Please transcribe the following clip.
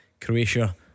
Croatia